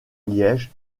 liège